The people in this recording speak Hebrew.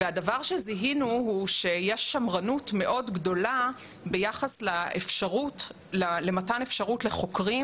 הדבר שזיהינו הוא שיש שמרנות מאוד גדולה ביחס למתן אפשרות לחוקרים